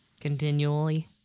Continually